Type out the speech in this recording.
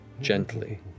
gently